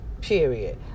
Period